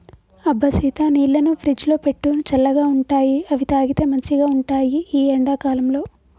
అబ్బ సీత నీళ్లను ఫ్రిజ్లో పెట్టు చల్లగా ఉంటాయిఅవి తాగితే మంచిగ ఉంటాయి ఈ ఎండా కాలంలో